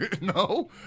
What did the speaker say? No